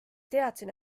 teadsin